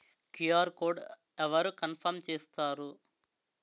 QR code అవరు confirm చేస్తారు?